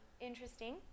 interesting